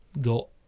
go